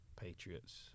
patriots